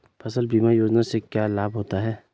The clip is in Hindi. फसल बीमा योजना से क्या लाभ होता है?